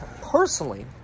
Personally